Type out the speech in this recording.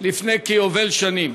לפני כיובל שנים.